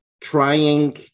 trying